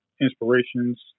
inspirations